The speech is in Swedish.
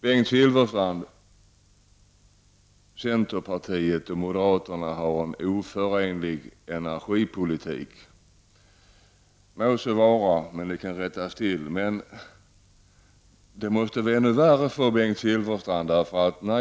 Bengt Silfverstrand säger att centerpartiet och moderaterna har en oförenlig energipolitik. Det må så vara, men det kan rättas till. Det måste vara ännu värre för Bengt Silfverstrand.